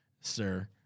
sir